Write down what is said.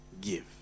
give